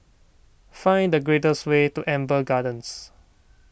find the fastest way to Amber Gardens